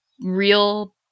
real